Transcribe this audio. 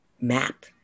map